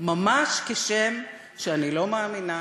ממש כשם שאני לא מאמינה